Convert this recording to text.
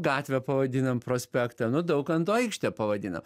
gatvę pavadinam prospektą nu daukanto aikštę pavadino